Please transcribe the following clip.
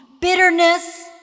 bitterness